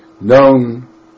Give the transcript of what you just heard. known